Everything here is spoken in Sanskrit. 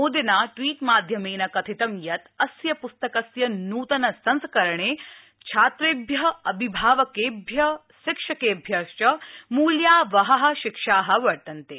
मोदिना ट्वीट्माध्यमेन कथितं यत् अस्य पुस्तकस्य नूतन संस्करणे छात्रेभ्य अभिभावकेभ्य शिक्षकेभ्यश्च मूल्यावहा शिक्षावर्तन्ते